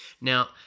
Now